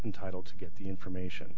entitled to get the information